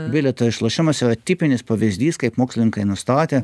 bilieto išlošimas yra tipinis pavyzdys kaip mokslininkai nustatė